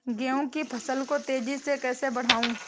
गेहूँ की फसल को तेजी से कैसे बढ़ाऊँ?